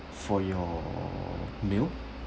for your meal